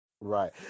right